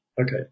Okay